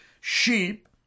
sheep